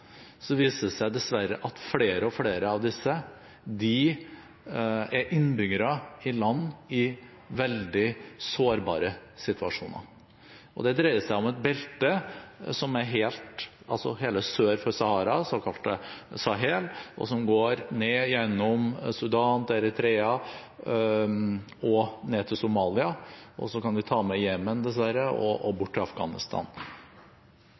viser det seg dessverre at flere og flere av disse er innbyggere i land i veldig sårbare situasjoner. Det dreier seg om et belte sør for Sahara, det såkalte Sahel, som går ned gjennom Sudan, til Eritrea og ned til Somalia, og så kan vi ta med Jemen, dessverre, og bort til Afghanistan.